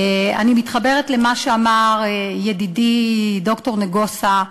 אני מתחברת למה שאמר ידידי ד"ר נגוסה,